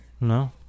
No